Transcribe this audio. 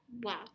Wow